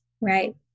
Right